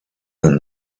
than